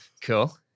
Cool